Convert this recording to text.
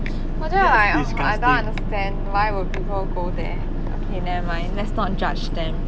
!wah! then I'm like ugh I don't understand why would people go there okay nevermind let's not judge them